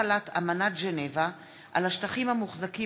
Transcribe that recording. הצעת חוק החלת אמנת ז'נבה על השטחים המוחזקים